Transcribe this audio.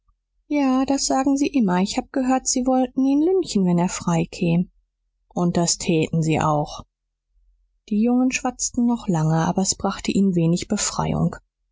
ja das sagen sie immer ich hab gehört sie wollten ihn lynchen wenn er freikäm und das täten sie auch die jungen schwatzten noch lange aber es brachte ihnen wenig befreiung